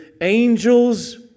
angels